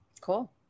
cool